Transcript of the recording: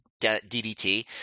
DDT